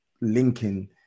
linking